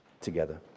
together